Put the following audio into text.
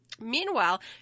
Meanwhile